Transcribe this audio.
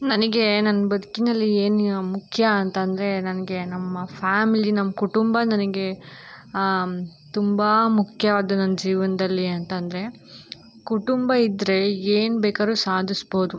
ನನಗೆ ನನ್ನ ಬದುಕಿನಲ್ಲಿ ಏನು ಮುಖ್ಯ ಅಂತಂದರೆ ನನಗೆ ನಮ್ಮ ಫ್ಯಾಮಿಲಿ ನಮ್ಮ ಕುಟುಂಬ ನನಗೆ ತುಂಬ ಮುಖ್ಯವಾದದ್ದು ನನ್ನ ಜೀವನದಲ್ಲಿ ಅಂತಂದರೆ ಕುಟುಂಬ ಇದ್ದರೆ ಏನು ಬೇಕಾದ್ರು ಸಾಧಿಸ್ಬೋದು